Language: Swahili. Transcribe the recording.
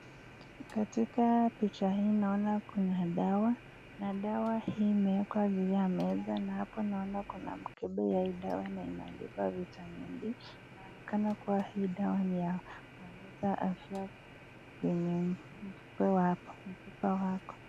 Katika picha hii naona kuna dawa na dawa hii imewekwa juu ya meza nako naona kuna mikebe ya hii dawa na imeandikwa Vitamin D inaonekana kuwa hii dawa ni ya kuongeza afya kwenye mifupa wako.